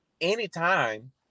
Anytime